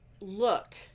Look